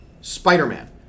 Spider-Man